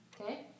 okay